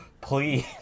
please